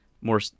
more